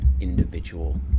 individual